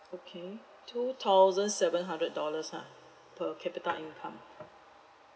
okay two thousand seven hundred dollars ha per capita income